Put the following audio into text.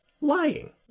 lying